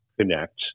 connect